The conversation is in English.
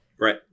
Right